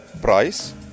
price